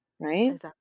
Right